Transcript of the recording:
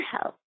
help